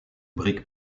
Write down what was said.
brique